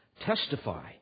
testify